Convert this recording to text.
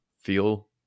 feel